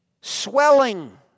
swelling